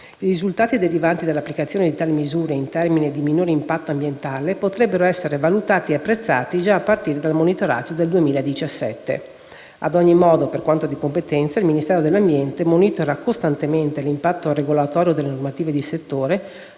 I risultati derivanti dall'applicazione di tali misure in termini di minore impatto ambientale potrebbero essere valutati e apprezzati già a partire dal monitoraggio del 2017. Ad ogni modo, per quanto di competenza, il Ministero dell'ambiente monitora costantemente l'impatto regolatorio delle normative di settore,